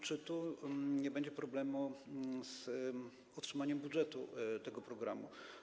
Czy nie będzie problemu z utrzymaniem budżetu tego programu?